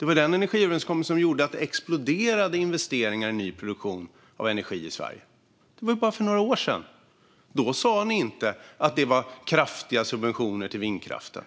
Louise Meijer och Kjell Jansson? Det var ju den energiöverenskommelsen som gjorde att investeringar i ny produktion av energi exploderade i Sverige. Det var bara några år sedan. Då sa ni inte att det var kraftiga subventioner till vindkraften.